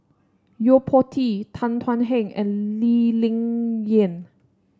Yo Po Tee Tan Thuan Heng and Lee Ling Yen